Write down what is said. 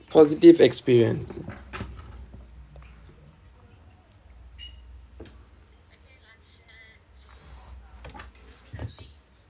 positive experience